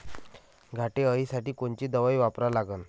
घाटे अळी साठी कोनची दवाई वापरा लागन?